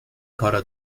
کارها